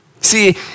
See